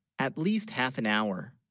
at least half an hour